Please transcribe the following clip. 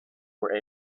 were